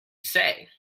say